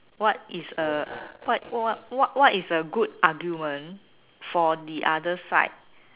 what is a what what what is a good argument for the other side